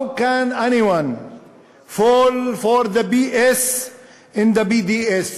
How can anyone fall for the BS in BDS?